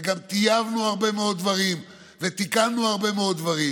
וגם טייבנו הרבה מאוד דברים ותיקנו הרבה מאוד דברים.